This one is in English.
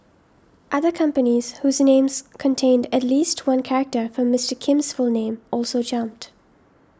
other companies whose names contained at least one character from Mister Kim's full name also jumped